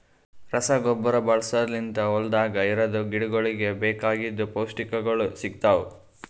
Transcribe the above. ರಸಗೊಬ್ಬರ ಬಳಸದ್ ಲಿಂತ್ ಹೊಲ್ದಾಗ ಇರದ್ ಗಿಡಗೋಳಿಗ್ ಬೇಕಾಗಿದ್ ಪೌಷ್ಟಿಕಗೊಳ್ ಸಿಗ್ತಾವ್